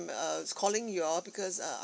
err is calling you all because uh I'm